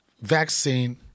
vaccine